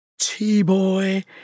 T-boy